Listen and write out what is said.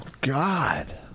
God